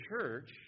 church